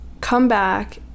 comeback